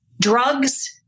drugs